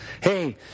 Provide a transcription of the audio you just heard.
Hey